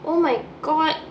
oh my god